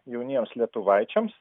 jauniems lietuvaičiams